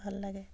ভাল লাগে